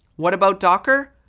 what about docker?